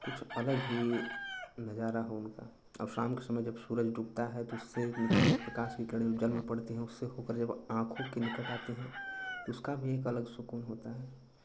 कुछ अलग ही नज़ारा हो उनका और शाम के समय जब सूरज डूबता है तो उससे निकली प्रकाश की किरणें म जब पड़ती हैं उससे होकर जब आँखों के निकट आती हैं तो उसका भी एक अलग सुक़ून होता है